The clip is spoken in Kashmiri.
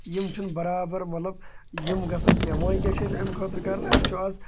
یِم چھِ نہٕ برابر مطلب یِم گژھن کیٚنٛہہ وۄنۍ کیاہ چھِ اَمہِ خٲطرٕ کران اَسہِ چھُ آز